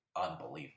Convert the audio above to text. unbelievable